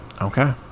okay